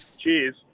Cheers